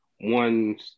one